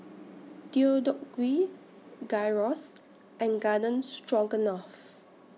Deodeok Gui Gyros and Garden Stroganoff